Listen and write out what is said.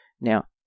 Now